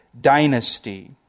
dynasty